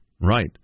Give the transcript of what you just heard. right